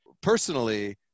personally